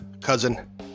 cousin